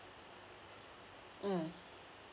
mm